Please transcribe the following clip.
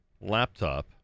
laptop